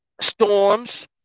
storms